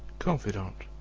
confidant,